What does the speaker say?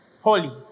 holy